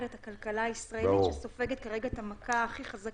את הכלכלה הישראלית שסופגת כרגע את המכה הכי חזקה,